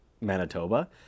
Manitoba